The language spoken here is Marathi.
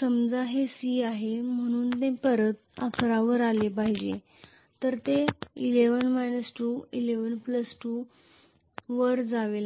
समजा हे c आहे म्हणून ते परत 11 वर आले पाहिजे ते 11 2 11 2 वर परत जावे